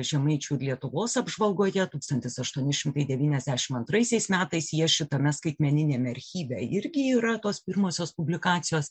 žemaičių lietuvos apžvalgoje tūkstantis aštuoni šimtai devyniasdešimt antraisiais metais jie šitame skaitmeniniame archyve irgi yra tos pirmosios publikacijos